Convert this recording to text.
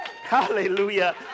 Hallelujah